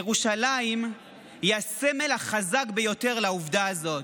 ירושלים היא הסמל החזק ביותר לעובדה הזאת.